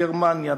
גרמניה,